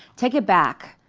take it back.